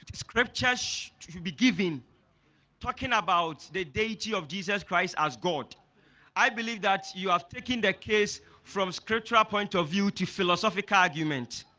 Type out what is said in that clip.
scripture should be given talking about the deity of jesus christ as god i believe that you have taken the case from scriptural point of view to philosophic argument